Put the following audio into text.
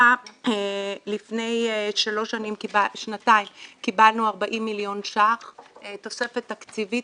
לפני שנתיים קיבלנו 40 מיליון שקלים תוספת תקציבית,